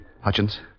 Hutchins